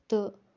تہٕ